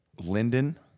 Linden